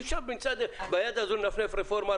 אי אפשר ביד אחת לנפנף ברפורמה,